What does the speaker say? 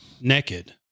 naked